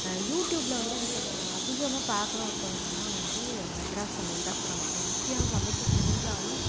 யூடியூப்ல வந்து எனக்கு நான் அதிகமாக பார்க்குற ஒருத்தவங்கனா வந்து மெட்ராஸ் சமையல்தான் இப்போ நமக்கு ருசியாக சமைக்க தெரிஞ்சாலும்